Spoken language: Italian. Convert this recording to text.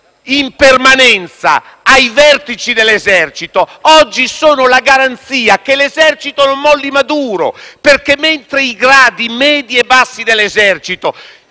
in permanenza ai vertici dell'esercito oggi rappresentano la garanzia che l'esercito non molli Maduro, perché i gradi medi e bassi dell'esercito